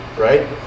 Right